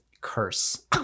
curse